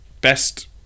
best